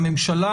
והממשלה,